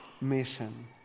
mission